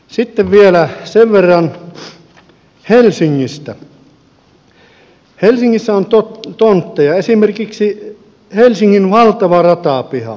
sitten vielä sen verran helsingistä että helsingissä on tontteja esimerkiksi helsingin valtava ratapiha